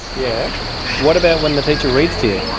yeah what about when the teacher reads to you?